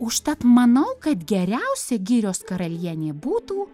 užtat manau kad geriausia girios karalienė būtų